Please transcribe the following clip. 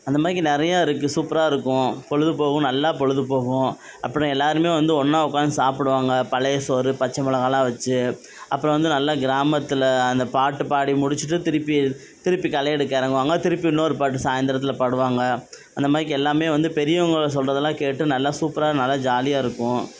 அந்த மாரிக்கு நிறையா இருக்குது சூப்பராக இருக்கும் பொழுது போகும் நல்லா பொழுது போகும் அப்புறோம் எல்லாருமே வந்து ஒன்றா உக்காந்து சாப்பிடுவாங்க பழைய சோறு பச்சை மிளகாலாம் வெச்சு அப்புறோம் வந்து நல்லா கிராமத்தில் அந்த பாட்டு பாடி முடிச்சுட்டு திருப்பி திருப்பி களை எடுக்க இறங்குவாங்க திருப்பி இன்னோரு பாட்டு சாய்ந்தரத்தில் பாடுவாங்க அந்த மாதிரிக்கு எல்லாமே வந்து பெரியவங்களை சொல்றதெல்லாம் கேட்டு நல்லா சூப்பராக நல்லா ஜாலியாக இருக்கும்